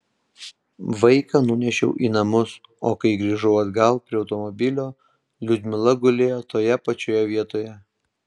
vaiką nunešiau į namus o kai grįžau atgal prie automobilio liudmila gulėjo toje pačioje vietoje